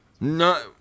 No